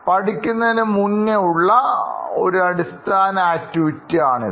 പഠിക്കുന്നതിന് മുന്നേഉള്ള ഒരു അടിസ്ഥാന ആക്ടിവിറ്റി ആണത്